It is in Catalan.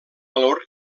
valor